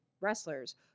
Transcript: wrestlers